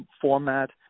format